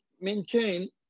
maintain